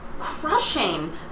crushing